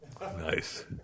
Nice